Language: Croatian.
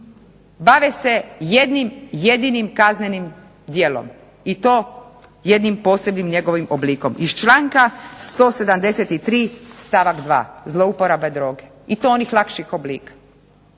bave se jednim jedinim kaznenim djelom i to jednim posebnim njegovim oblikom iz članka 173. stavak 2., zlouporaba droge i to onih lakših oblika,